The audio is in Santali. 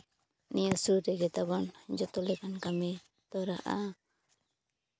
ᱱᱤᱭᱟᱹ ᱥᱩᱨ ᱨᱮᱜᱮ ᱛᱟᱵᱚᱱ ᱡᱚᱛᱚ ᱞᱮᱠᱟᱱ ᱠᱟᱹᱢᱤ ᱛᱚᱨᱟᱜᱼᱟ